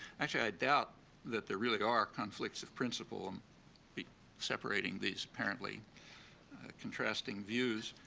actually, i doubt that there really are conflicts of principle and but separating these apparently contrasting views,